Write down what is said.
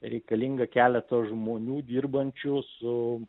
reikalinga keleto žmonių dirbančių su